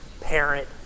parent